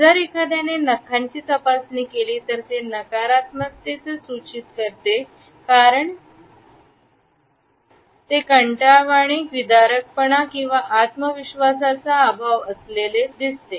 जर एखाद्याने नखांची तपासणी केली तर ते नकारात्मकतेचे सूचित करते आणि मग आपण समजून घ्या ते कंटाळवाणेपणा किंवा विदारकपणा किंवा आत्मविश्वासाचा अभाव असलेले आहे